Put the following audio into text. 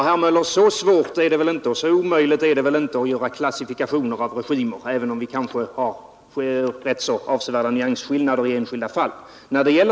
Herr talman! Så svårt eller omöjligt är det väl ändå inte, herr Möller i Gävle, att göra klassifikationer av regimer, även om vi kanske har avsevärda nyansskillnader i vår uppfattning i enskilda fall.